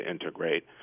integrate